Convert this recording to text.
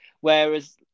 whereas